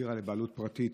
העבירה לבעלות פרטית,